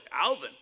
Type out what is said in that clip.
Alvin